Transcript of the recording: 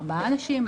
ארבעה אנשים.